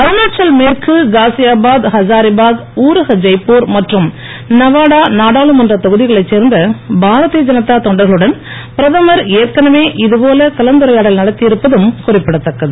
அருணாச்சல் மேற்கு காசியாபாத் ஹசாரிபாக் ஊரக ஜெய்புர் மற்றும் நவாடா நாடாளுமன்றத் தொகுதிகளைச் சேர்ந்த பாரதிய ஜனதா தொண்டர்களுடன் பிரதமர் ஏற்கனவே இதுபோல கலந்துரையாடல் நடத்தியிருப்பதும் குறிப்பிடத்தக்கது